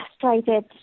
frustrated